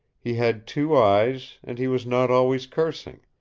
he had two eyes, and he was not always cursing,